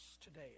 today